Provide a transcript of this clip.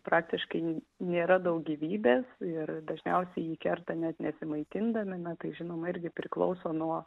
praktiškai nėra daug gyvybės ir dažniausiai jį kerta net nesimaitindami na tai žinoma irgi priklauso nuo